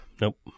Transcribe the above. nope